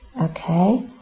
Okay